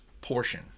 portion